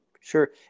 sure